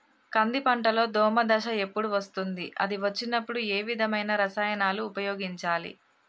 కంది పంటలో దోమ దశ ఎప్పుడు వస్తుంది అది వచ్చినప్పుడు ఏ విధమైన రసాయనాలు ఉపయోగించాలి?